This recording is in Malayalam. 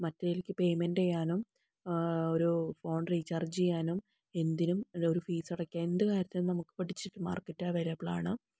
മറ്റേതിലേക്ക് പേമെന്റ് ചെയ്യാനും ഒരു ഫോണ് റീചാര്ജ്ജ് ചെയ്യാനും എന്തിനും ഒരു ഫീസക്കാനും എന്തുകാര്യത്തിനും നമുക്കിപ്പം ഡിജിറ്റല് മാര്ക്കറ്റ് അവൈലബിള് ആണ്